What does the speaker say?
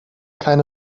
keine